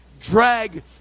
Drag